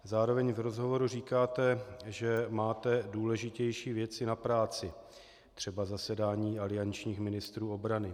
Zároveň v rozhovoru říkáte, že máte důležitější věci na práci třeba zasedání aliančních ministrů obrany.